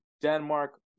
Denmark